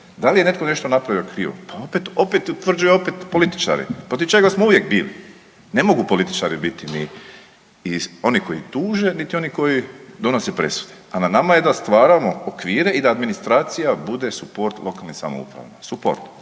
da li je netko nešto napravio krivo, pa opet utvrđuje opet političari. Protiv čega smo uvijek bili. Ne mogu političari biti mi, i oni koji tuže niti oni koji donose presude, a na nama je da stvaramo okvire i da administracija bude suport lokalnim samoupravama.